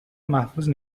محفوظ